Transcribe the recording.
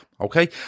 okay